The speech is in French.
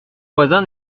voisin